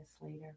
later